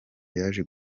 yaje